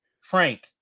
Frank